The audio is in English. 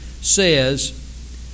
says